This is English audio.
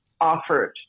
offered